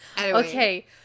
Okay